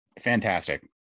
fantastic